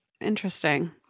Interesting